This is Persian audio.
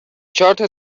چارت